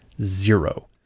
zero